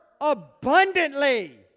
abundantly